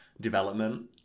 development